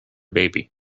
baby